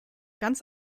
ganz